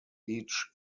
each